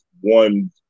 one